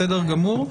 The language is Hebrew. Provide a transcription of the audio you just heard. בסדר גמור.